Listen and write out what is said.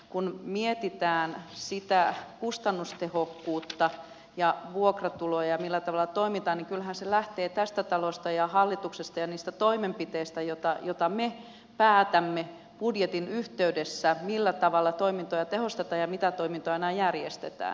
kun mietitään sitä kustannustehokkuutta ja vuokratuloja millä tavalla toimitaan niin kyllähän se lähtee tästä talosta ja hallituksesta ja niistä toimenpiteistä joita me päätämme budjetin yhteydessä millä tavalla toimintoja tehostetaan ja mitä toimintoja enää järjestetään